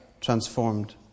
transformed